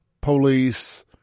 police